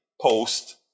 post